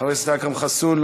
חבר הכנסת אכרם חסון,